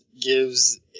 gives